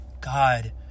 God